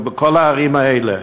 בכל הערים האלה?